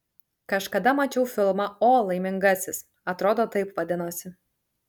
kažkada mačiau filmą o laimingasis atrodo taip vadinosi